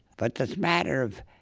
but this matter of